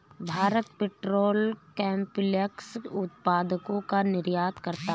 Bharat petrochemicals उत्पादों का निर्यात करता है